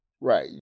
Right